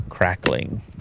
Crackling